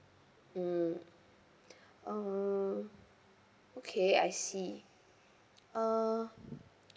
mm uh okay I see uh